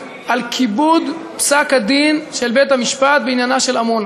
על כיבוד פסק-הדין של בית-המשפט בעניינה של עמונה,